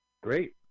great